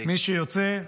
מי שיוצא לו,